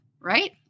Right